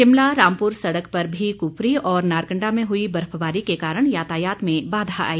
शिमला रामपुर सड़क पर भी कुफरी और नारकंडा में हुई बर्फबारी के कारण यातायात में बाधा आई